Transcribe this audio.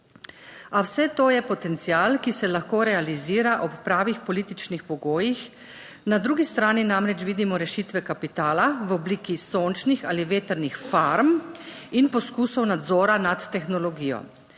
A vse to je potencial, ki se lahko realizira ob pravih političnih pogojih. Na drugi strani namreč vidimo rešitve kapitala v obliki sončnih ali vetrnih farm in poskusov nadzora nad tehnologijo.